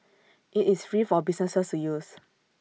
IT is free for businesses to use